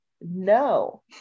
No